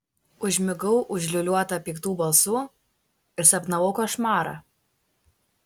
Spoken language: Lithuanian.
užmigau užliūliuota piktų balsų ir sapnavau košmarą